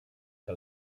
que